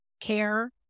care